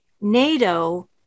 NATO